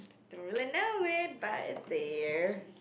don't really know it but it's there